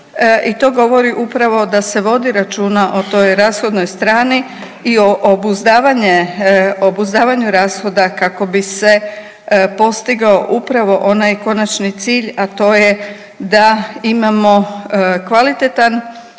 i to govori upravo da se vodi računa o toj rashodnoj strani i o obuzdavanju rashoda kako bi se postigao upravo onaj konačni cilj, a to je da imamo kvalitetan